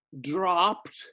dropped